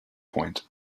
point